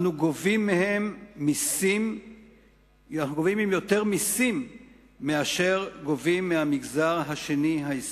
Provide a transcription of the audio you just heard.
אנו גובים מהם יותר מסים מאשר מהמגזר השני, העסקי.